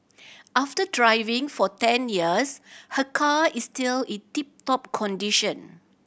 after driving for ten years her car is still in tip top condition